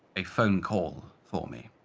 a phone call for me.